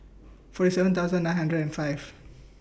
forty seven thousand nine hundred and five